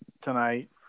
tonight